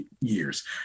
years